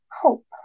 hope